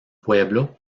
pueblo